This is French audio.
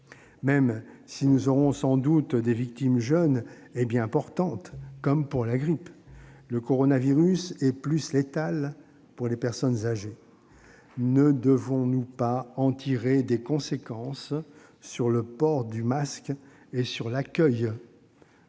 Même si nous connaîtrons sans doute des victimes jeunes et bien portantes, comme pour la grippe, le coronavirus est plus létal pour les personnes âgées. Ne devons-nous pas en tirer des conséquences sur le port du masque et sur l'accueil